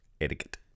etiquette